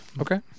okay